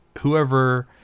whoever